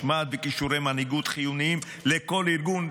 משמעת וכישורי מנהיגות חיוניים לכל ארגון,